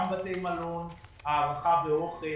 גם בתי מלון, אוכל,